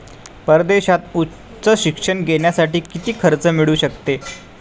परदेशात उच्च शिक्षण घेण्यासाठी किती कर्ज मिळू शकते?